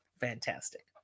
Fantastic